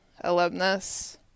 alumnus